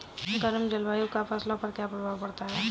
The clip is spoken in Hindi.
गर्म जलवायु का फसलों पर क्या प्रभाव पड़ता है?